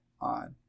on